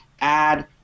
add